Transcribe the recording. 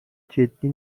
جدی